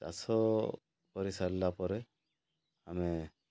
ଚାଷ କରିସାରିଲା ପରେ ଆମେ